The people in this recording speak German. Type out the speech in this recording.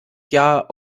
jahr